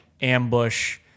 Ambush